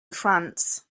france